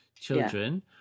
children